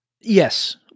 Yes